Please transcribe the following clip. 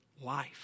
life